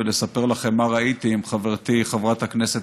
ולספר לכם מה ראיתי עם חברתי חברת הכנסת